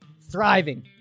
thriving